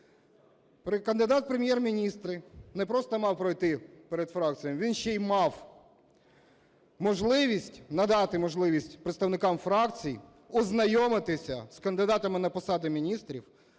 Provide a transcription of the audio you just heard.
кандидат в Прем’єр-міністри не просто мав пройти перед фракціями, він ще й мав можливість надати можливість представникам фракцій ознайомитися з кандидатами на посади міністрів,